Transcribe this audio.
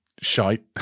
shite